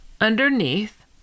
underneath